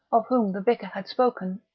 of whom the vicar had spoken,